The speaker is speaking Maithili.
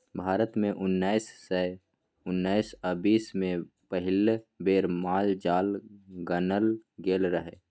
भारत मे उन्नैस सय उन्नैस आ बीस मे पहिल बेर माल जाल गानल गेल रहय